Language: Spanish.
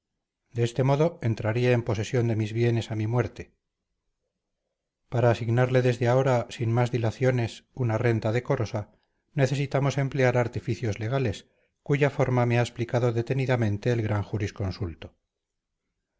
de este modo entraría en posesión de mis bienes a mi muerte para asignarle desde ahora sin más dilaciones una renta decorosa necesitamos emplear artificios legales cuya forma me ha explicado detenidamente el gran jurisconsulto